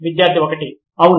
విద్యార్థి 1 అవును